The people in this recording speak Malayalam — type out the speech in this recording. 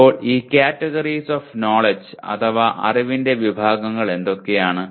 ഇപ്പോൾ ഈ ക്യാറ്റഗറീസ് ഓഫ് നോലെഡ്ജ് അഥവാ അറിവിന്റെ വിഭാഗങ്ങൾ എന്തൊക്കെയാണ്